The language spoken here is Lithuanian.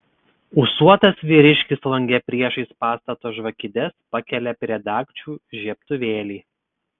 ūsuotas vyriškis lange priešais pastato žvakides pakelia prie dagčių žiebtuvėlį